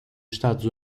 estados